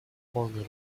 полная